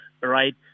right